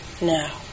now